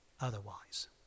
otherwise